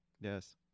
Yes